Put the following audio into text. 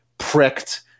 pricked